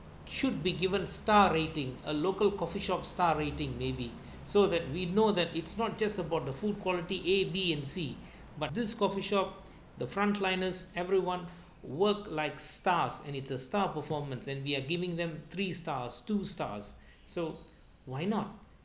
should be given star rating a local coffeeshop star rating maybe so that we know that it's not just about the food quality A B and C but this coffeeshop the front liners everyone work like stars and it's a star performance and we are giving them three stars two stars so why not